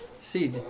See